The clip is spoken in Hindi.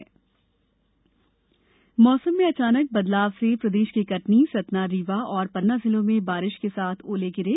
मौसम मौसम में अचानक बदलाव से प्रदेश के कटनी सतना रीवा और पन्ना जिलों में बारिश के साथ ओले गिरे